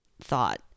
thought